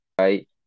right